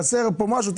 חסר כאן משהו,